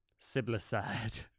Siblicide